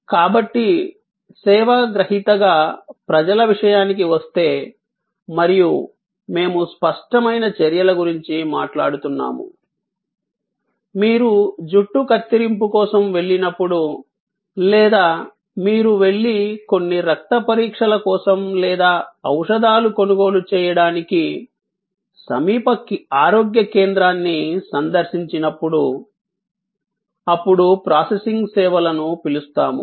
కాబట్టి సేవ గ్రహీతగా ప్రజల విషయానికి వస్తే మరియు మేము స్పష్టమైన చర్యల గురించి మాట్లాడుతున్నాము మీరు జుట్టు కత్తిరింపు కోసం వెళ్ళినప్పుడు లేదా మీరు వెళ్లి కొన్ని రక్త పరీక్షల కోసం లేదా ఔషధాలు కొనుగోలు చేయడానికి సమీప ఆరోగ్య కేంద్రాన్ని సందర్శించినప్పుడు అప్పుడు ప్రాసెసింగ్ సేవలను పిలుస్తాము